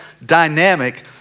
dynamic